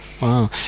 Wow